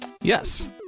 Yes